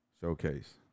showcase